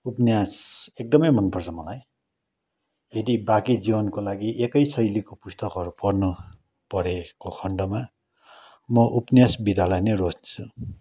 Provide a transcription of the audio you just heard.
उपन्यास एकदमै मनपर्छ मलाई यदि बाँकी जीवनको लागि एकै शैलीको पुस्तकहरू पर्न परेको खण्डमा म उपन्यास विधालाई नै रोज्छु